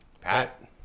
Pat